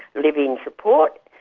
live-in support.